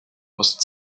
musste